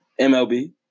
MLB